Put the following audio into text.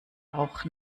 auch